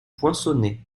poinçonnet